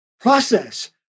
process